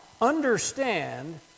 understand